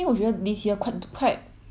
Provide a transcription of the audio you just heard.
蛮多 drama 出来的 leh